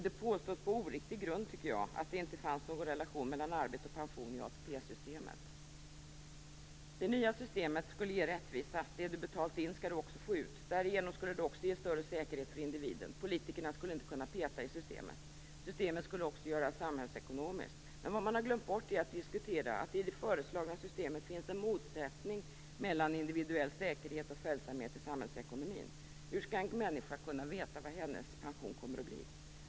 Det påstås - på oriktig grund, tycker jag - att det inte fanns någon relation mellan arbete och pension i ATP-systemet. Det nya systemet skulle ge rättvisa. Det du betalt in skall du också få ut. Därigenom skulle det också ge större säkerhet för individen. Politikerna skulle inte kunna peta i systemet. Systemet skulle också göras samhällsekonomiskt. Men vad man har glömt bort att diskutera är att det i det föreslagna systemet finns en motsättning mellan individuell säkerhet och följsamhet till samhällsekonomin. Hur skall en människa kunna veta vad hennes pension kommer att bli?